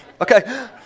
Okay